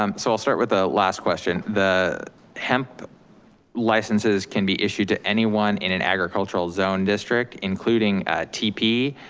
um so i'll start with the last question, the hemp licenses can be issued to anyone in an agricultural zone district, including tp,